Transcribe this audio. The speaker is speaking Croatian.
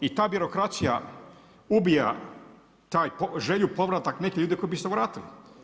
I ta birokracija ubija tu želju, povratak nekih ljudi koji bi se vratili.